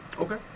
Okay